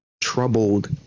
troubled